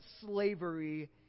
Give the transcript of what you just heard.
slavery